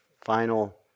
final